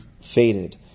faded